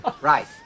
Right